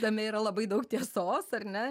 tame yra labai daug tiesos ar ne